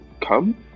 come